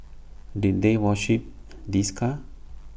did they worship this car